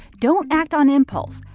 don't act on impulse.